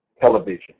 television